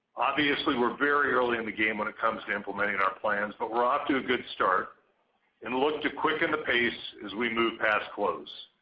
obviously, we're very early in the game when it comes to implementing our plans but we're off to a good start and look to quicken the pace as we move past close.